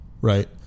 right